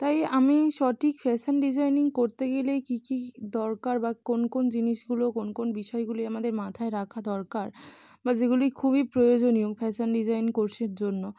তাই আমি সঠিক ফ্যাশান ডিজাইনিং করতে গেলে কী কী দরকার বা কোন কোন জিনিসগুলো কোন কোন বিষয়গুলি আমাদের মাথায় রাখা দরকার বা যেগুলি খুবই প্রয়োজনীয় ফ্যাশান ডিজাইন কোর্সের জন্য